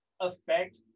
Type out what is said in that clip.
affect